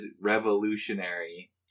revolutionary